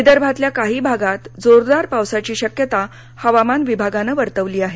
विदर्भातल्या काही भागात जोरदार पावसाची शक्यता हवामान खात्यानं वर्तवली आहे